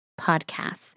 Podcasts